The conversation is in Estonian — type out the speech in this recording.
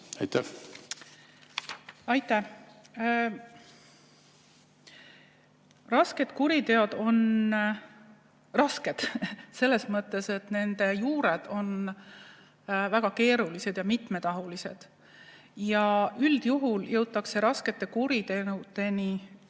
leida. Aitäh! Rasked kuriteod on rasked selles mõttes, et nende juured on väga keerulised ja mitmetahulised ja üldjuhul jõutakse raskete kuritegudeni,